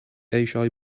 eisiau